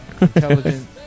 Intelligent